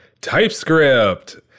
TypeScript